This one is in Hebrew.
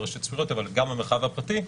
אבל גם במרחב הפרטי,